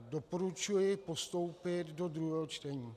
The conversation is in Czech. Doporučuji postoupit do druhého čtení.